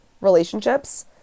relationships